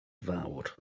fawr